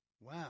Wow